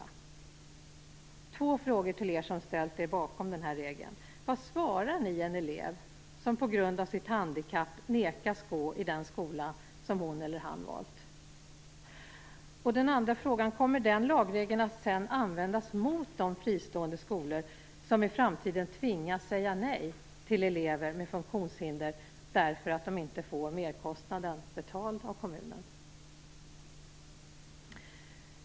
Jag vill ställa två frågor till er som har ställt er bakom den här regeln. Vad svarar ni en elev som på grund av sitt handikapp nekas att gå i den skola som hon eller han har valt? Den andra frågan är: Kommer den lagregeln sedan att användas mot de fristående skolor som i framtiden tvingas säga nej till elever med funktionshinder därför att de inte får merkostnaden betald av kommunen?